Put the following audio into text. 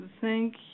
Thank